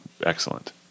excellent